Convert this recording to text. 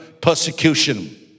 persecution